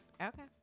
Okay